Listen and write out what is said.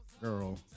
girl